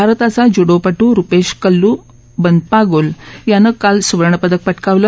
भारताचा ज्यूडोपटू रुपेश कल्लू बनपागोल यानं काल सुवर्णपदक पटकावलं